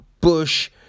Bush